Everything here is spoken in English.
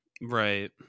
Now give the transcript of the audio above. right